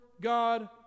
God